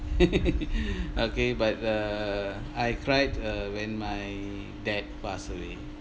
okay but uh I cried uh when my dad pass away